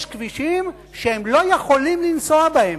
יש כבישים שהם לא יכולים לנסוע בהם.